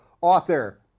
author